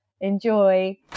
Enjoy